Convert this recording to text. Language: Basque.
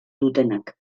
dutenak